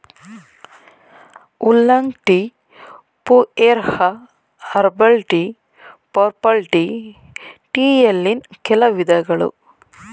oolong tea, pu erh, herbal tea, purple tea ಟೀಯಲ್ಲಿನ್ ಕೆಲ ವಿಧಗಳು